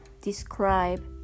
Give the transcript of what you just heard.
describe